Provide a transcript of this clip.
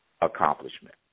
accomplishment